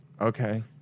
okay